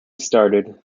started